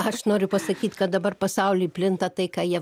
aš noriu pasakyt kad dabar pasauly plinta tai ką jie